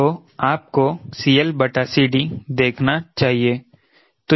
तो आपको CL बटा CD देखना चाहिए